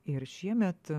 ir šiemet